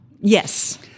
Yes